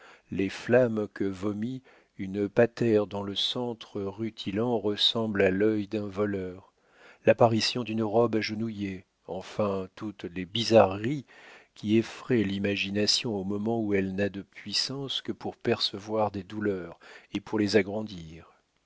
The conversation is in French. les flammes que vomit une patère dont le centre rutilant ressemble à l'œil d'un voleur l'apparition d'une robe agenouillée enfin toutes les bizarreries qui effraient l'imagination au moment où elle n'a de puissance que pour percevoir des douleurs et pour les agrandir